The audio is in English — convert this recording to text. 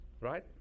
right